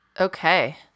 Okay